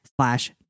slash